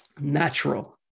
natural